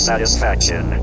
Satisfaction